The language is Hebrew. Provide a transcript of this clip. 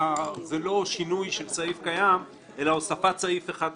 זה לא שינוי של סעיף קיים אלא הוספת סעיף אחד לחוק: